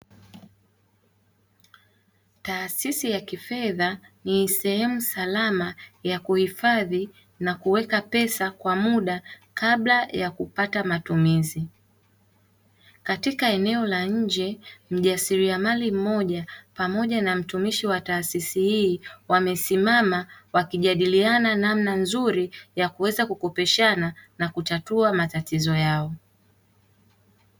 Taasisi ya kifedha ni sehemu salama ya kuhifadhi na kuweka pesa kwa muda kabla ya kupata matumizi. Katika eneo la nje mjasiriamali mmoja pamoja na mtumishi wa taasisi hii wamesimama wakijadiliana namna nzuri ya kuweza kukopeshana na kutatua matatizo yao.